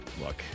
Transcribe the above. look